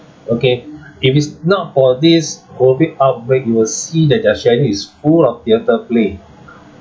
okay if it's not for this COVID outbreak you will see that their schedule is full of theatre play